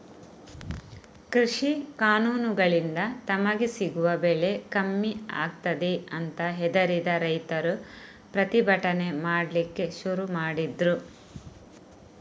ಕೃಷಿ ಕಾನೂನುಗಳಿಂದ ತಮಗೆ ಸಿಗುವ ಬೆಲೆ ಕಮ್ಮಿ ಆಗ್ತದೆ ಅಂತ ಹೆದರಿದ ರೈತರು ಪ್ರತಿಭಟನೆ ಮಾಡ್ಲಿಕ್ಕೆ ಶುರು ಮಾಡಿದ್ರು